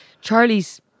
Charlie's